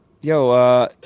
Yo